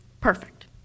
Perfect